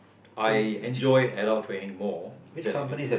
I enjoy adult training more than I do